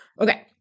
Okay